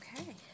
Okay